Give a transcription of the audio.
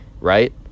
right